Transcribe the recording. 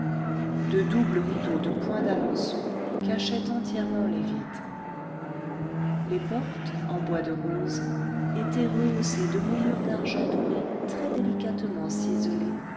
de doubles rideaux de point d'alençon cachaient entièrement les vitres les portes en bois de rose étaient rehaussées de moulures d'argent doré